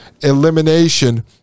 elimination